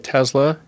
Tesla